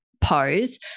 pose